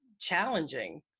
challenging